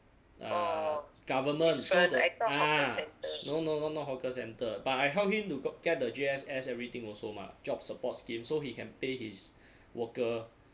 err government that's why th~ ah no no not not hawker centre but I help him to g~ get the G_S_S everything also mah job support scheme so he can pay his worker